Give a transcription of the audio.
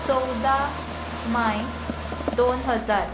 चवदा मे दोन हजार